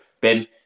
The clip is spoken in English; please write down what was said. Ben